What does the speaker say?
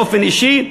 באופן אישי,